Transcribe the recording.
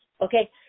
okay